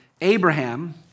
Abraham